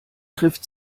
trifft